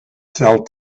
sell